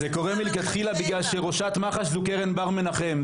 זה קורה מלכתחילה בגלל שראשת מח"ש זו קרן בר מנחם.